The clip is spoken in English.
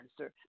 answer